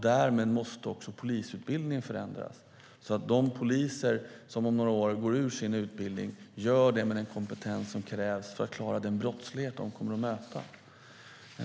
Därmed måste också polisutbildningen förändras, så att de poliser som om några år går ut sin utbildning gör det med den kompetens som krävs för att klara den brottslighet de kommer att möta.